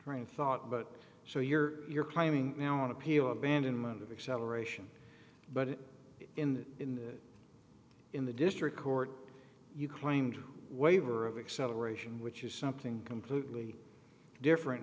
writing thought but so you're you're planning now on appeal abandonment of acceleration but in in the in the district court you claimed waiver of acceleration which is something completely different